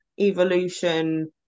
evolution